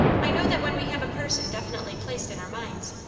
i know that when we have a person definitely placed in our minds,